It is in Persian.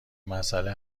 مسئله